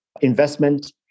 Investment